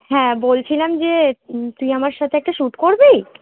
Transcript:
হ্যাঁ বলছিলাম যে তুই আমার সাথে একটা শ্যুট করবি